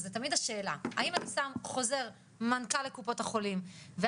זו תמיד השאלה האם אני שם חוזר מנכ"ל לקופות החולים ואז